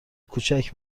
کوچک